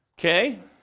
Okay